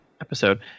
episode